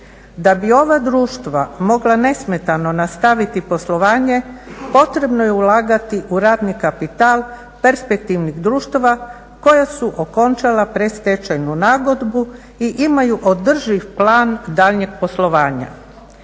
Da bi ova društva mogla nesmetano nastaviti poslovanje potrebno je ulagati u radni kapital perspektivnih društava koja su okončala predstečajnu nagodbu i imaju održiv plan daljnjeg poslovanja.